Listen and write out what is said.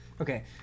Okay